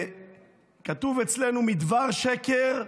כתוב אצלנו "מדבר שקר תרחק".